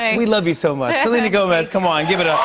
ah we love you so much. selena gomez come on, give it up.